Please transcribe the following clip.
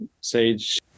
Sage